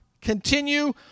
Continue